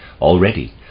already